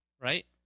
right